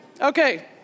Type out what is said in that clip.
Okay